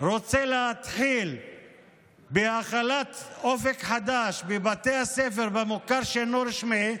רוצה להתחיל בהחלת אופק חדש בבתי הספר במוכר שאינו רשמי,